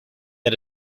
had